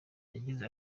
yagize